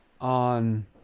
on